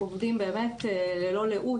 אנחנו עובדים באמת ללא לאות.